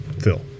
Phil